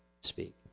speak